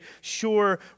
sure